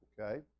Okay